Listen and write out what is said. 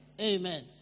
Amen